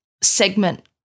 segment